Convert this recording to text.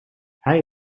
hij